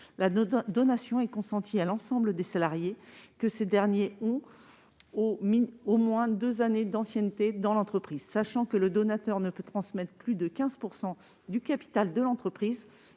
la donation est consentie à l'ensemble des salariés si ces derniers ont au moins deux années d'ancienneté dans l'entreprise. Le donateur ne peut transmettre plus de 15 % du capital de l'entreprise.